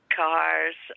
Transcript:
cars